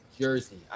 Jersey